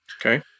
Okay